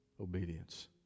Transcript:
obedience